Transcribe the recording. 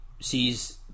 sees